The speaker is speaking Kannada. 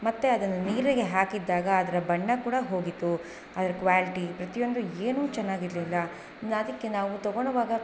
ಮತ್ತು ಅದನ್ನು ನೀರಿಗೆ ಹಾಕಿದ್ದಾಗ ಅದರ ಬಣ್ಣ ಕೂಡ ಹೋಗಿತ್ತು ಅದರ ಕ್ವಾಲ್ಟಿ ಪ್ರತಿಯೊಂದು ಏನೂ ಚೆನ್ನಾಗಿರ್ಲಿಲ್ಲ ಅದಕ್ಕೆ ನಾವು ತಗೊಣುವಾಗ